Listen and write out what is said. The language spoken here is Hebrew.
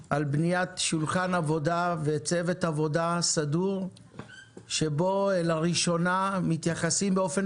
על בניית שולחן עבודה וצוות עבודה סדור שבו לראשונה מתייחסים באופן